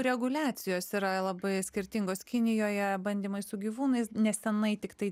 reguliacijos yra labai skirtingos kinijoje bandymai su gyvūnais nes tenai tiktai